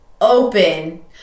open